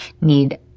need